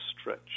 stretch